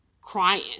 crying